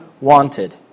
wanted